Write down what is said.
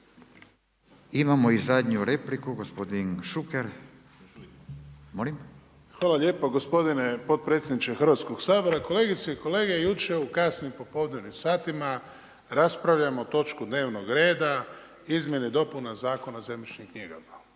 Imamo i zadnju repliku gospodin Šuker. **Šuker, Ivan (HDZ)** Hvala lijepa gospodine potpredsjedniče Hrvatskog sabora. Kolegice i kolege, jučer u kasnim popodnevnim satima raspravljamo o točki dnevnog reda, izmjeni, dopuni Zakona o zemljišnim knjigama.